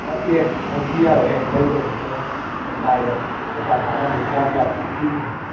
ꯑꯦ ꯅꯪ ꯄꯤ ꯌꯥꯔꯣꯏꯍꯦ ꯂꯩꯗꯣꯏꯅꯤ ꯑꯩꯈꯣꯏꯅ ꯅꯪ ꯀꯥꯏꯗ ꯄꯩꯁꯥ ꯇꯥꯡꯉꯝꯅꯤ ꯀꯌꯥ ꯀꯌꯥ ꯄꯤꯔꯤꯅꯣ